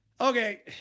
okay